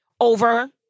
over